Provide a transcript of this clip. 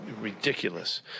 ridiculous